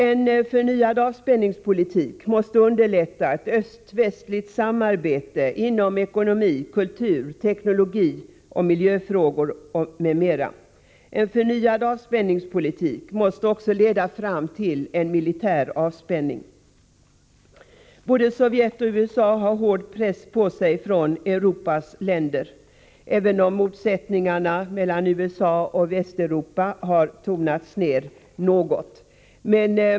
En förnyad avspänningspolitik måste underlätta ett öst-väst-samarbete inom ekonomi, kultur, teknologi, miljöfrågor m.m. En förnyad avspänningspolitik måste också leda fram till en militär avspänning. Både Sovjet och USA har hård press på sig från Europas länder, även om motsättningarna mellan USA och Västeuropa har tonats ner något.